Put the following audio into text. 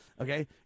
okay